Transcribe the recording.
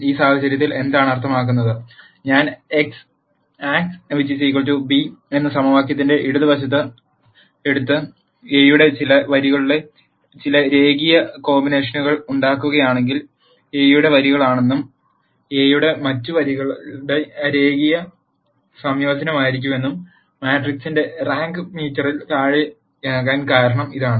ഈ സാഹചര്യത്തിൽ എന്താണ് അർത്ഥമാക്കുന്നത് ഞാൻ ആക്സ് b എന്ന സമവാക്യത്തിന്റെ ഇടത് വശത്ത് എടുത്ത് A യുടെ ചില വരികളുടെ ചില രേഖീയ കോമ്പിനേഷനുകൾ ഉണ്ടാക്കുകയാണെങ്കിൽ എ യുടെ വരികളിലൊന്നെങ്കിലും എ യുടെ മറ്റ് വരികളുടെ രേഖീയ സംയോജനമായിരിക്കും മാട്രിക്സിന്റെ റാങ്ക് മീറ്ററിൽ താഴെയാകാൻ കാരണം അതാണ്